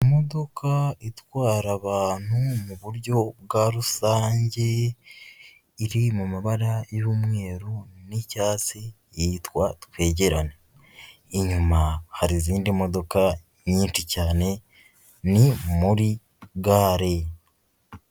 Imodoka itwara abantu mu buryo bwa rusange, iri mu mabara y'umweru n'icyatsi yitwa twegerane, inyuma hari izindi modoka nyinshi cyane ni muri gare.